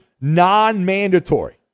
non-mandatory